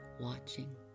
watching